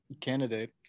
candidate